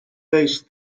roles